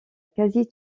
quasi